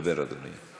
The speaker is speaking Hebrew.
דבר, אדוני.